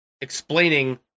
explaining